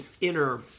inner